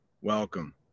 Welcome